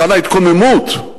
היכן ההתקוממות?